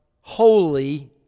holy